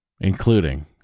including